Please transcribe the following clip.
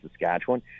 Saskatchewan